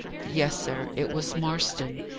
yes, sir. it was marston.